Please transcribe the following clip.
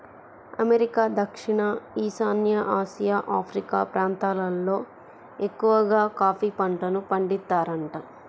America, దక్షిణ ఈశాన్య Asia, Africa ప్రాంతాలల్లో ఎక్కవగా కాఫీ పంటను పండిత్తారంట